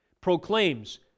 proclaims